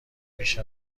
بیش